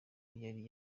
yari